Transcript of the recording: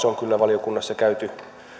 on kyllä valiokunnassa käyty